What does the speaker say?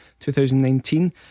2019